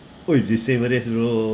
!oi! the same as us bro